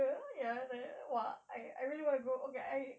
ya ya !wah! I I really want to go okay I